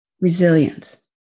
Resilience